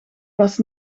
was